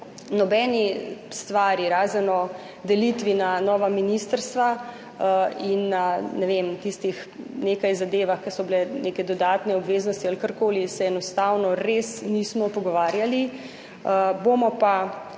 nobeni stvari, razen o delitvi na nova ministrstva in na, ne vem, tistih nekaj zadevah, ki so bile neke dodatne obveznosti ali karkoli, se enostavno res nismo pogovarjali.